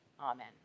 amen